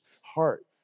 heart